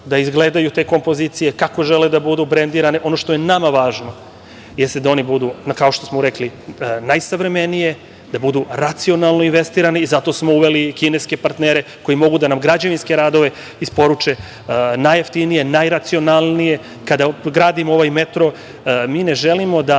da izgledaju te kompozicije, kako žele da budu brendirane. Ono što je nama važno jeste da oni budu, kao što smo rekli, najsavremenije, da budu racionalno investirane i zato smo uveli i kineske partnere koji mogu da nam građevinske radove isporuče najjeftinije, najracionalnije. Kada gradimo ovaj metro, mi želimo da